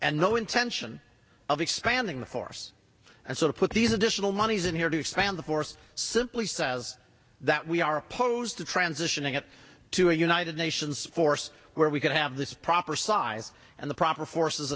and no intention of expanding the force and sort of put these additional monies in here to expand the force simply says that we are opposed to transitioning it to a united nations force where we could have this proper size and the proper forces